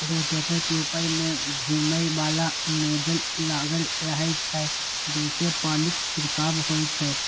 rotator के ऊपर मे घुमैबला नोजल लागल रहै छै, जइसे पानिक छिड़काव होइ छै